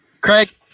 Craig